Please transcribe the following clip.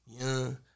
young